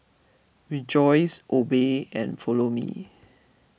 rejoice obey and Follow Me